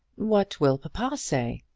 what will papa say?